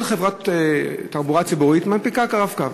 כל חברת תחבורה ציבורית מנפיקה "רב-קו".